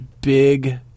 big